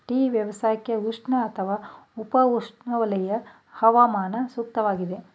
tea ವ್ಯವಸಾಯಕ್ಕೆ ಉಷ್ಣ ಅಥವಾ ಉಪ ಉಷ್ಣವಲಯ ಹವಾಮಾನ ಸೂಕ್ತವಾಗಿದೆ